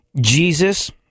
Jesus